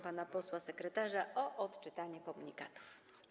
Proszę pana posła sekretarza o odczytanie komunikatów.